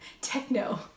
techno